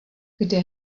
kde